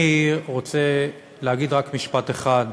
אני רוצה להגיד רק משפט אחד,